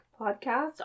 podcast